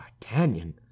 d'Artagnan